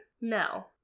No